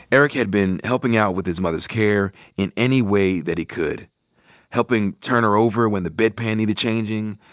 eric had been helping out with his mother's care in any way that he could helping turn her over when the bed pan needed changing,